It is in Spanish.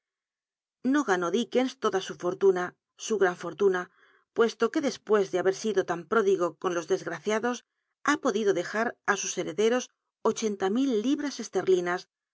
no ganó dickens toda su fortuna su gran fortuna puesto que tlcspucs de haber sido tan pródigo con los desgraciados ha podido dejar á sus herederos ochenta mil libras esterlinas